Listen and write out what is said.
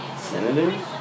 Senators